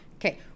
Okay